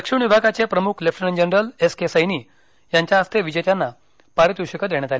दक्षिण विभागाचे प्रमुख lieutenant general S K Saini यांच्या हस्ते विजेत्यांना पारितोषिकं देण्यात आली